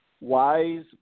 wise